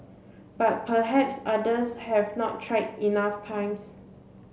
but perhaps others have not tried enough times